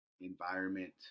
environment